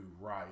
right